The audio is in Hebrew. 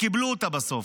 וקיבלו אותה בסוף.